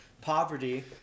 poverty